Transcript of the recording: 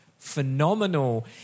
Phenomenal